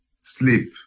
sleep